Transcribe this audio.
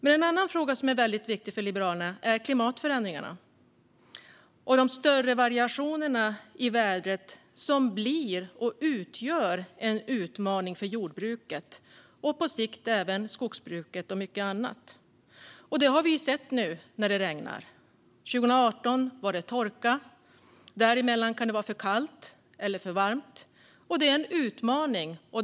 En annan fråga som är väldigt viktig för Liberalerna är klimatförändringarna och de större variationer i vädret som blir och utgör en utmaning för jordbruket och på sikt även för skogsbruket och mycket annat. Det har vi sett nu när det regnar. År 2018 var det torka. Däremellan kan det vara för kallt eller för varmt, och det är en utmaning.